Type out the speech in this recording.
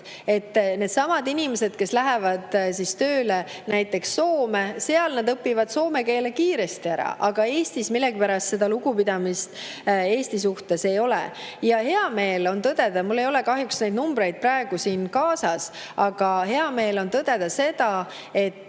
Needsamad inimesed, kui nad lähevad tööle näiteks Soome, siis nad õpivad soome keele kiiresti ära, aga Eestis millegipärast seda lugupidamist Eesti vastu ei ole. Mul ei ole kahjuks neid numbreid praegu siin kaasas, aga hea meel on tõdeda, et